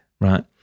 Right